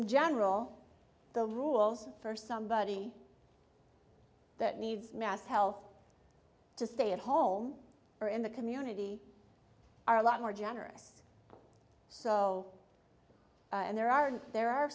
general the rules for somebody that needs mass health to stay at home or in the community are a lot more generous so there are there are